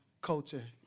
culture